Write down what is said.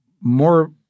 more